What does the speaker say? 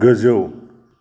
गोजौ